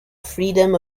freedom